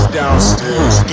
downstairs